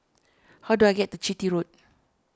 how do I get to Chitty Road